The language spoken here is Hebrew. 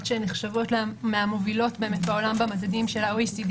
שנחשבות מהמובילות בעולם במדדים של ה-OECD